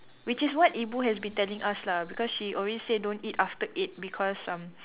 which is what ibu has been telling us lah because she always said don't eat after eight because um